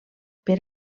per